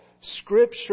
scripture